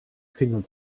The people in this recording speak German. finger